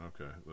Okay